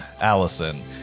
Allison